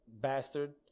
bastard